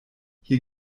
hier